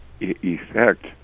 effect